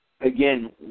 Again